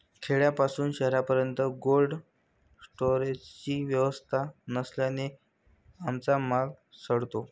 खेड्यापासून शहरापर्यंत कोल्ड स्टोरेजची व्यवस्था नसल्याने आमचा माल सडतो